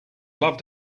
love